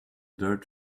dirt